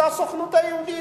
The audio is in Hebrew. זו הסוכנות היהודית,